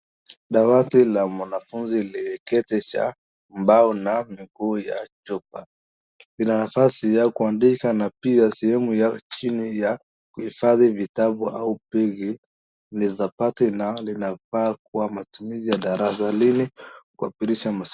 Dawati la mwanafunzi lenye kiti cha mbao na miguu ya chuma. Kina nafasi ya kuandika na pia sehemu ya chini ya kuhifadhi vitabu au begi, ni za bati na linafaa kuwa matumizi ya darasa lile.